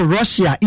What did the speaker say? Russia